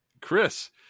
Chris